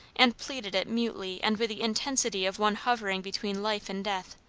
and pleaded it mutely and with the intensity of one hovering between life and death.